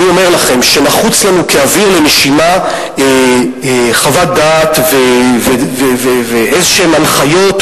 אני אומר לכם שנחוצות לנו כאוויר לנשימה חוות דעת והנחיות כלשהן,